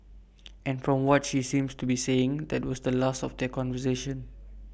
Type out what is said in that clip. and from what she seems to be saying that was the last of their conversation